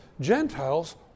Gentiles